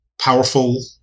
powerful